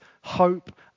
hope